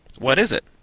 what is it?